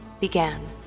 began